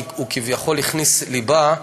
כי הוא כביכול הכניס ליבה,